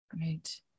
right